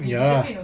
ya